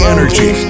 Energy